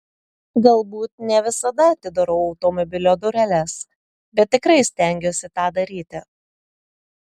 galbūt ne visada atidarau automobilio dureles bet tikrai stengiuosi tą daryti